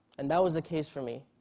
and that was the case for me.